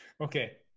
Okay